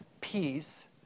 peace